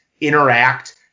interact